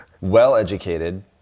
well-educated